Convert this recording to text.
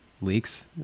leaks